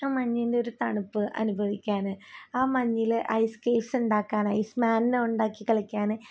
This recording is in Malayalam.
ആ മഞ്ഞിൻ്റെ ഒരു തണുപ്പ് അനുഭവിക്കാൻ ആ മഞ്ഞിൽ ഐസ് കേസുണ്ടാക്കാൻ ഐസ് മാനിനെ ഉണ്ടാക്കി കളിക്കാൻ